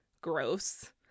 Gross